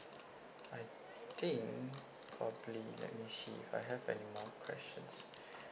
I think probably let me see if I have any more questions